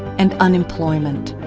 and unemployment.